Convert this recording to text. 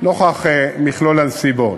נוכח מכלול הנסיבות.